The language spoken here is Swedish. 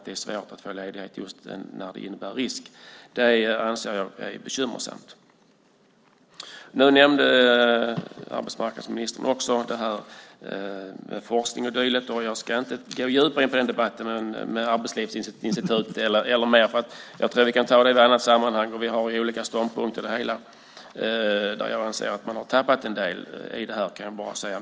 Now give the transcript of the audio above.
Det är svårt att få ledighet just när det innebär risk. Det anser jag är bekymmersamt. Arbetsmarknadsministern nämnde forskningen. Jag ska inte gå djupare in på debatten om Arbetslivsinstitutet, vi kan ta det vid något annat tillfälle. Vi har olika ståndpunkter i det hela där jag anser att man har tappat en del.